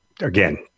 again